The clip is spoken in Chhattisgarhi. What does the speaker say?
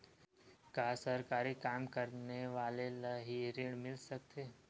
का सरकारी काम करने वाले ल हि ऋण मिल सकथे?